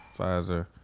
Pfizer